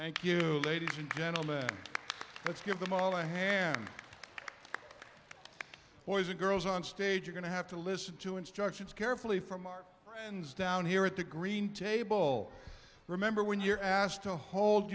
path thank you ladies and gentlemen let's give them all a hand boys and girls onstage are going to have to listen to instructions carefully from our friends down here at the green table remember when you're asked to hold